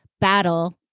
battle